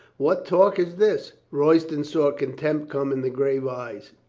what talk is this? royston saw contempt come in the grave eyes.